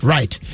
Right